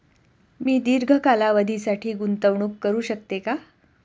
मी दीर्घ कालावधीसाठी गुंतवणूक करू शकते का?